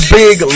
big